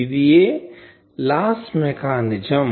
ఇదియే loss mechanism